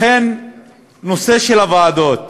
לכן בנושא של הוועדות,